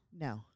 No